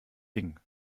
ding